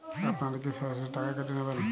আপনারা কি সরাসরি টাকা কেটে নেবেন?